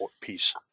piece